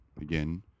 again